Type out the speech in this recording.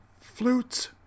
flutes